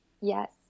Yes